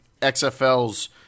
XFL's